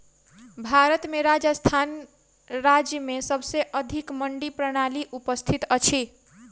भारत में राजस्थान राज्य में सबसे अधिक मंडी प्रणाली उपस्थित अछि